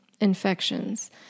infections